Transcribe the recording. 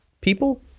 people